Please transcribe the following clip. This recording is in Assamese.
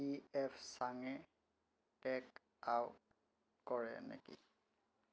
পি এফ চাঙে টে'ক আউট কৰে নেকি